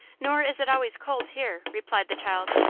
nor is it always cold here, replied the child.